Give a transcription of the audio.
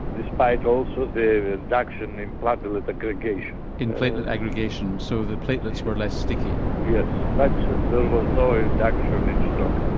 despite also the and reduction in platelet aggregation. in platelet aggregation so the platelets were less sticky? yes. like there was no reduction in strokes.